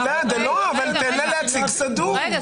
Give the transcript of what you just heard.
גלעד, תן לה להציג סדור.